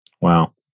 Wow